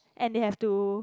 and they have to